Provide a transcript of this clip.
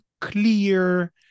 clear